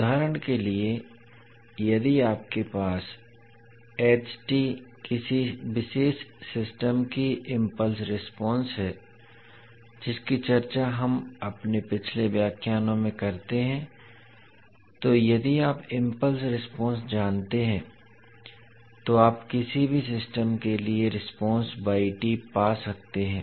उदाहरण के लिए यदि आपके पास किसी विशेष सिस्टम की इम्पल्स रेस्पोंस है जिसकी चर्चा हम अपने पिछले व्याख्यानों में करते हैं तो यदि आप इम्पल्स रेस्पोंस जानते हैं तो आप किसी भी सिस्टम के लिए रेस्पोंस पा सकते हैं